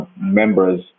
members